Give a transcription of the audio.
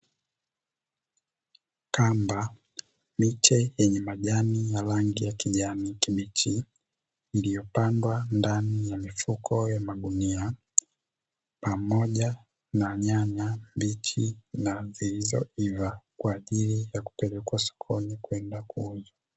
Kamba michee yenye majani ya rangi ya kijani kibichi, iliyopangwa ndani ya mifuko ya magunia pamoja na nyanya mbichi na zilizoiva kwa ajili ya kupelekwa sokoni kwenda kuuzwa.